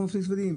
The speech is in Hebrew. לא מפלים ספרדים.